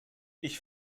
ich